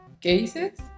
cases